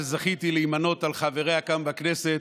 שזכיתי להימנות עם חבריה כאן בכנסת,